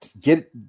get